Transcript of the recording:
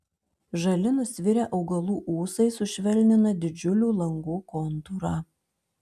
žali nusvirę augalų ūsai sušvelnina didžiulių langų kontūrą